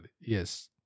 Yes